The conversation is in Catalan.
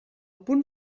punt